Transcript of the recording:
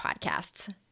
podcasts